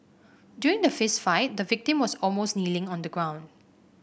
during the fist fight the victim was almost kneeling on the ground